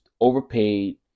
overpaid